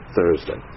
Thursday